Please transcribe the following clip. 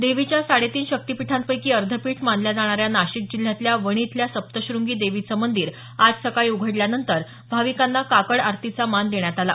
देवीच्या साडे तीन शक्तिपीठांपैकी अर्ध पीठ मानल्या जाणाऱ्या नाशिक जिल्ह्यातल्या वणी इथल्या सप्तशंगी देवीचं मंदीर आज सकाळी उघडल्यानंतर भाविकांना काकड आरतीचा मान देण्यात आला